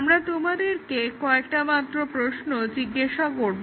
আমরা তোমাদেরকে কয়েকটা মাত্র প্রশ্ন জিজ্ঞাসা করব